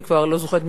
אני כבר לא זוכרת,